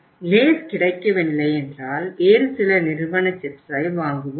எனவே Lays கிடைக்கவில்லை என்றால் வேறு சில நிறுவன சிப்ஸை வாங்குவோம்